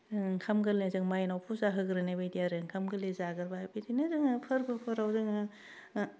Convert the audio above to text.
ओंखाम गोरलैजों माइनाव फुजा होग्रोनाय बायदि आरो ओंखाम गोरलै जागोरबाय बिदिनो जोङो फोरबोफोराव जोङो